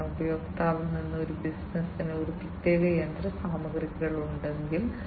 കാരണം ഉപഭോക്താവാണെങ്കിൽ ഒരു ബിസിനസ്സിന് ഒരു പ്രത്യേക യന്ത്രസാമഗ്രികൾ ഉണ്ടെങ്കിൽ